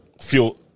feel